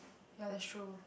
ya that's true